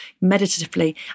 meditatively